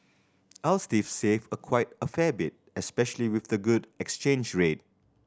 I'll save a quite a fair bit especially with the good exchange rate